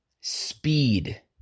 speed